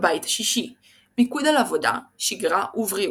הבית ה-6 - מיקוד על עבודה, שגרה ובריאות.